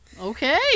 Okay